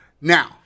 Now